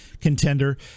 contender